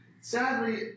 sadly